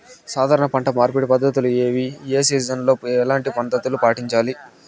సాధారణ పంట మార్పిడి పద్ధతులు ఏవి? ఏ సీజన్ లో ఎట్లాంటి పద్ధతులు పాటించాలి?